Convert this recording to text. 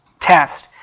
test